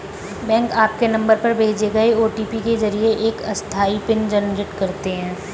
bank आपके number पर भेजे गए ओ.टी.पी के जरिए एक अस्थायी पिन जनरेट करते हैं